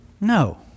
No